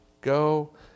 go